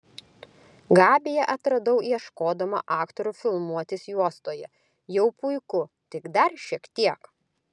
gabiją atradau ieškodama aktorių filmuotis juostoje jau puiku tik dar šiek tiek